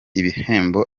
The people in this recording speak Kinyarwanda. ibihembo